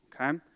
Okay